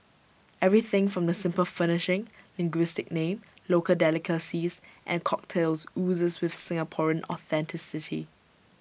everything from the simple furnishing linguistic name local delicacies and cocktails oozes with Singaporean authenticity